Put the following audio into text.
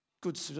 Good